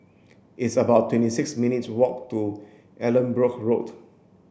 it's about twenty six minutes walk to Allanbrooke Road